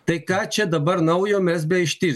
tai ką čia dabar naujo mes beištir